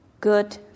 good